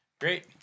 Great